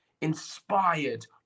inspired